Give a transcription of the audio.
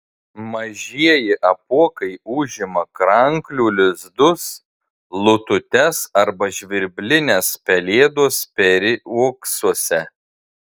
mažieji apuokai užima kranklių lizdus lututės arba žvirblinės pelėdos peri uoksuose